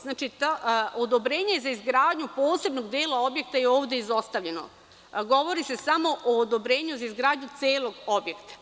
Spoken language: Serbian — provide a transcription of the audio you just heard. Znači, odobrenje za izgradnju posebnog dela objekta je ovde izostavljeno, a govori se samo o odobrenju za izgradnju celog objekta.